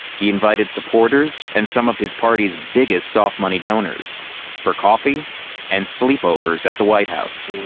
he invited supporters and some of his party's biggest soft money donors for coffee and sleepovers at the white house.